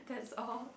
that's all